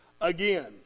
again